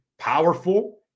powerful